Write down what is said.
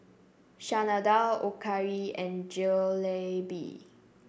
Chana Dal Okayu and Jalebi